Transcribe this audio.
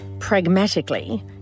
pragmatically